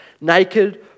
naked